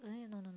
eh no no no